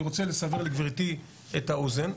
אני רוצה לסבר לגברתי את האוזן,